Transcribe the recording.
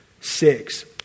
six